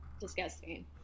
disgusting